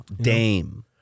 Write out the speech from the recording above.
Dame